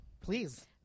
please